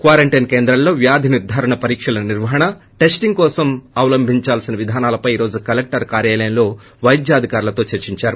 quarantine కేంద్రాల్లో వ్యాధి నిర్గారణ పరీక్షల నిర్వహణ టెస్లింగ్ కోసం అనుసరించాల్సిన విధానాలపై ఈ రోజు కలెక్షర్ కార్యాలయంలో వైద్యాధికారులతో చర్చిందారు